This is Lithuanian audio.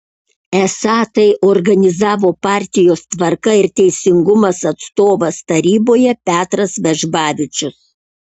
esą tai organizavo partijos tvarka ir teisingumas atstovas taryboje petras vežbavičius